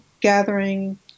gathering